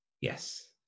Yes